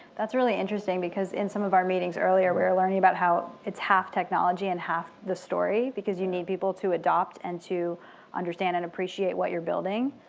that's really interesting because in some of our meetings earlier, we were learning about how it's half technology and half the story because you need people to adopt and to understand and appreciate what you're building.